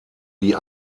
die